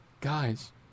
Guys